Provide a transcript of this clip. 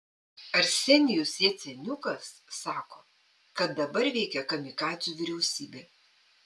arsenijus jaceniukas sako kad dabar veikia kamikadzių vyriausybė